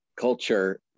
culture